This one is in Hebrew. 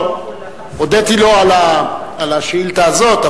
הודיתי לו על השאילתא הזאת,